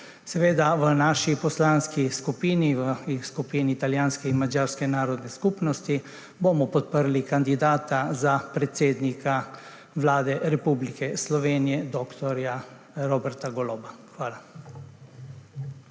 V naši poslanski skupini, v skupini italijanske in madžarske narodne skupnosti, bomo podprli kandidata za predsednika Vlade Republike Slovenije dr. Roberta Goloba. Hvala.